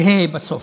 בה"א בסוף.